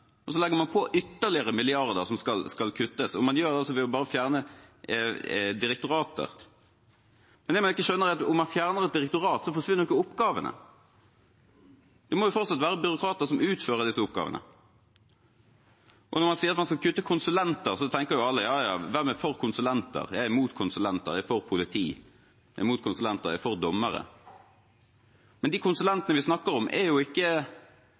Men så legger man på ytterligere milliarder som skal kuttes, og man gjør det ved å fjerne direktorater. Det man ikke skjønner, er at om man fjerner et direktorat, så forsvinner ikke oppgavene. Det må jo fortsatt være byråkrater som utfører disse oppgavene. Når man sier at man skal kutte i konsulentbruk, tenker alle: «Ja ja, hvem er for konsulenter? Jeg er imot konsulenter, jeg er for politi. Jeg er imot konsulenter, jeg er for dommere.» Men de konsulentene vi snakker om, er ikke